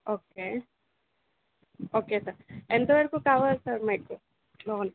okay okay sir ఎంత వరకు కావాలి సార్ మీకు లోన్